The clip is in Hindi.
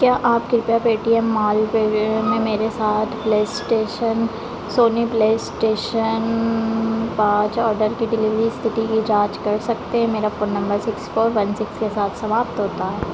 क्या आप कृपया पेटीएम मॉल में मेरे साथ प्लेस्टेशन सोनी प्लेस्टेशन पाँच ऑर्डर की डिलीवरी स्थिति की जाँच कर सकते हैं मेरा phone number six four one six के साथ समाप्त होता है